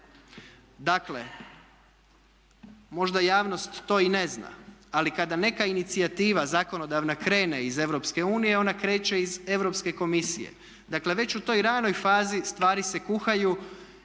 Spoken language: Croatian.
Dakle možda javnost to i ne zna ali kada neka inicijativa zakonodavna krene iz Europske unije ona kreće iz Europske komisije. Dakle već u toj ranoj fazi stvari se kuhaju